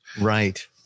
Right